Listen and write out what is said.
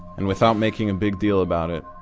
and without making a big deal about it,